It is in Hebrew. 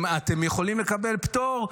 אתם יכולים לקבל פטור,